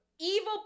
evil